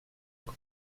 coma